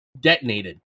detonated